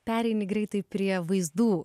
pereini greitai prie vaizdų